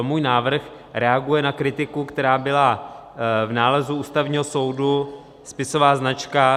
Můj návrh reaguje na kritiku, která byla v nálezu Ústavního soudu spisová značka II.